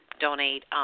donate